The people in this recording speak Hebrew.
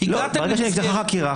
ברגע שנפתחה חקירה,